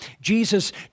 Jesus